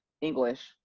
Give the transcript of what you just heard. English